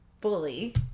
fully